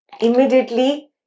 Immediately